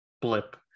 blip